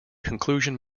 conclusion